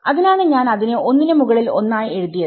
അതിനാണ് ഞാൻ അതിനെ ഒന്നിന് മുകളിൽ ഒന്നായി എഴുതിയത്